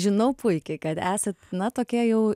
žinau puikiai kad esat na tokia jau